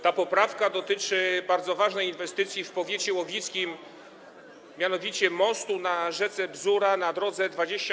Ta poprawka dotyczy bardzo ważnej inwestycji w powiecie łowickim, mianowicie mostu na rzece Bzurze na drodze 2700E.